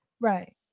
right